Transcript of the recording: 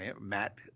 Matt